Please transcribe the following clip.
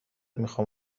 میخوام